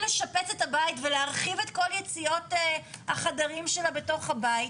לשפץ את הבית ולהרחיב את כל יציאות החדרים שלה בתוך הבית.